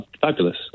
fabulous